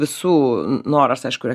visų noras aišku yra